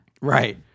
right